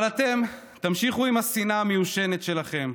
אבל אתם תמשיכו עם השנאה המיושנת שלכם,